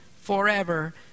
forever